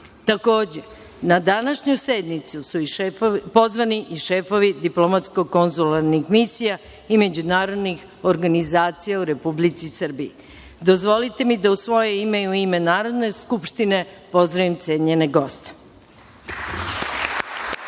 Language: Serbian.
Takođe, na današnju sednicu su pozvani i šefovi diplomatsko konzularnih misija i međunarodnih organizacija u Republici Srbiji. Dozvolite mi da u svoje ime i u ime Narodne skupštine pozdravim cenjene